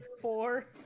Four